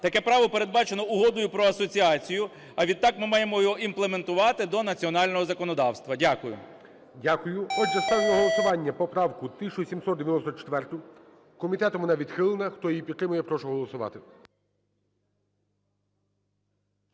Таке право передбачено Угодою про асоціацію, а відтак ми маємо його імплементувати до національного законодавства. Дякую. ГОЛОВУЮЧИЙ. Дякую. Отже, ставлю на голосування поправку 1794-у. Комітетом вона відхилена. Хто її підтримує, прошу голосувати.